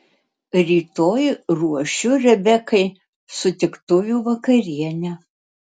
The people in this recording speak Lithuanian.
rytoj ruošiu rebekai sutiktuvių vakarienę